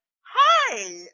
Hi